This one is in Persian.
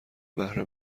بهره